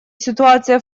ситуация